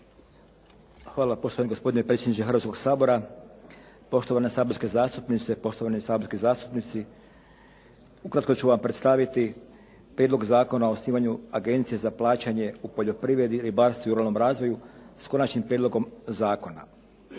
Hvala. Poštovani gospodine predsjedniče Hrvatskoga sabora, poštovane saborske zastupnice, poštovani saborski zastupnici. Ukratko ću vam predstaviti Prijedlog zakona o osnivanju Agencije za plaćanje u poljoprivredi, ribarstvu i ruralnom razvoju, s Konačnim prijedlogom zakona.